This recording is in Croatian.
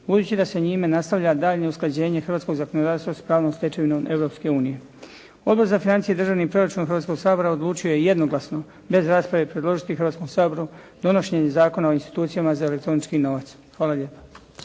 budući da se njime nastavlja daljnje usklađenje hrvatskog zakonodavstva s pravnom stečevinom Europske unije. Odbor za financije i državni proračun Hrvatskoga sabora odlučio je jednoglasno bez rasprave predložiti Hrvatskom saboru donošenje Zakona o institucijama za elektronički novac. Hvala lijepo.